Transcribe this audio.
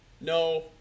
no